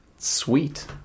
sweet